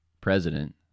president